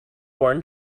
born